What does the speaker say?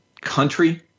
country